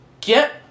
Get